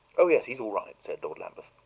oh, yes, he's all right, said lord lambeth.